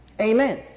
Amen